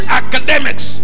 academics